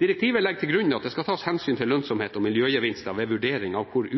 Direktivet legger til grunn at det skal tas hensyn til lønnsomhet og miljøgevinster ved vurdering av hvor